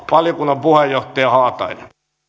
valiokunnan puheenjohtaja haatainen